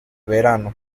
verano